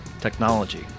technology